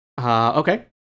Okay